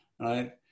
right